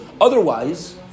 Otherwise